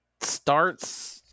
starts